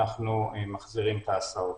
אנחנו מחזירים את ההסעות.